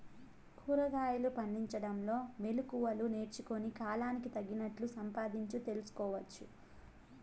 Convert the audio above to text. కూరగాయలు పండించడంలో మెళకువలు నేర్చుకుని, కాలానికి తగినట్లు సంపాదించు తెలుసుకోవచ్చు